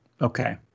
Okay